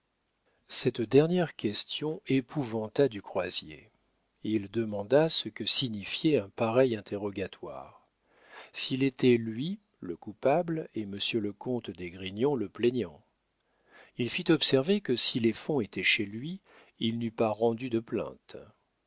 cette dernière question épouvanta du croisier il demanda ce que signifiait un pareil interrogatoire s'il était lui le coupable et monsieur le comte d'esgrignon le plaignant il fit observer que si les fonds étaient chez lui il n'eût pas rendu de plainte